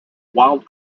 wild